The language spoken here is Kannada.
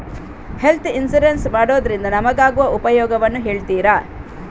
ಹೆಲ್ತ್ ಇನ್ಸೂರೆನ್ಸ್ ಮಾಡೋದ್ರಿಂದ ನಮಗಾಗುವ ಉಪಯೋಗವನ್ನು ಹೇಳ್ತೀರಾ?